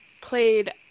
played